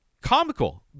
comical